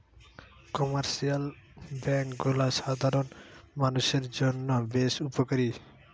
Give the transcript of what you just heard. commercial bank গুলা সাধারণ মানুষের জন্য বেশ উপকারী